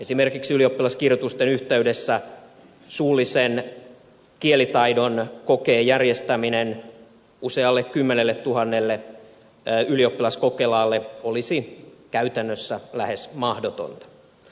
esimerkiksi ylioppilaskirjoitusten yhteydessä suullisen kielitaidon kokeen järjestäminen usealle kymmenelletuhannelle ylioppilaskokelaalle olisi käytännössä lähes mahdotonta